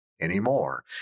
anymore